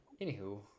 Anywho